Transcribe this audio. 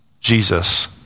Jesus